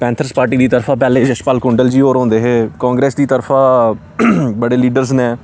panthers Party दी तरफा पैह्ले शशपाल कुंडल जी होर होंदे हे कांग्रेस दी तरफा बड़े लीडर्स न